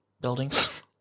buildings